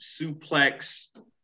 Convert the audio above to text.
suplex